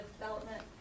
Development